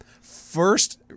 first